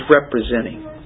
representing